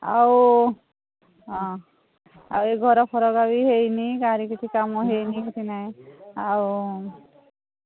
ଆଉ ହଁ ଆଉ ଏ ଘର ଫରଗୁଡା ବି ହୋଇନି କାହାର କିଛି କାମ ହୋଇନି ଆଉ